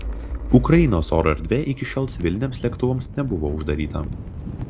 ukrainos oro erdvė iki šiol civiliniams lėktuvams nebuvo uždaryta